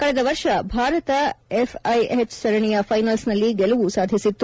ಕಳೆದ ವರ್ಷ ಭಾರತ ಎಫ್ಐಎಚ್ ಸರಣಿಯ ಫೈನಲ್ಸ್ನಲ್ಲಿ ಗೆಲುವು ಸಾಧಿಸಿತ್ತು